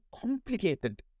complicated